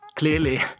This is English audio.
Clearly